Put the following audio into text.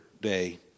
day